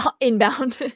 inbound